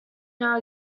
now